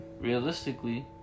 realistically